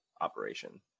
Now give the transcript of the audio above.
operation